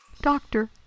Doctor